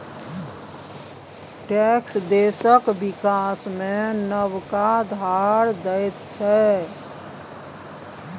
tax देशक बिकास मे नबका धार दैत छै